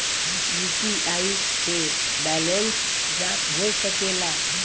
UPI से balance जाँच हो सके ला?